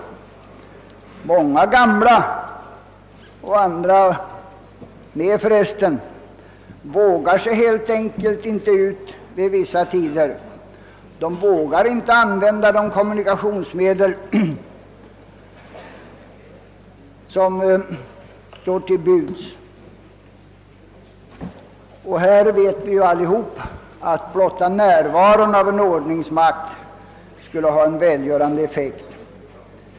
Åtskilliga gamla — för övrigt även andra — vågar sig helt enkelt inte ut vid vissa tider och törs inte använda de kommunikationsmedel som står till buds. Vi vet alla att blotta närvaron av en representant för ordningsmakten skulle ha en välgörande effekt.